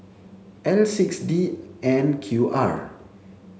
L six D N Q R